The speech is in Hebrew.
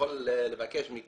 אנחנו לא לוקחים 333 שקלים.